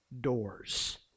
doors